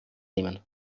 nehmen